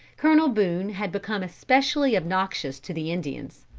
colonel boone had become especially obnoxious to the indians.